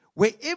Wherever